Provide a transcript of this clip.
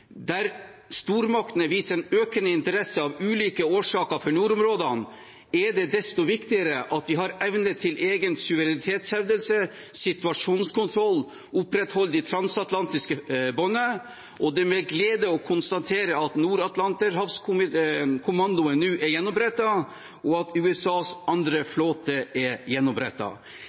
der stormaktene av ulike årsaker viser en økende interesse for nordområdene, er det desto viktigere at vi har evne til egen suverenitetshevdelse, situasjonskontroll og til å opprettholde det transatlantiske båndet, og det er med glede vi konstaterer at Atlanterhavskommandoen nå er gjenopprettet, og at USAs andre flåte er